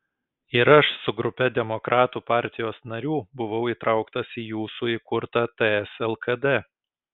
ir aš su grupe demokratų partijos narių buvau įtrauktas į jūsų įkurtą ts lkd